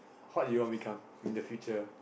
what you want become in the future